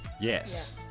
Yes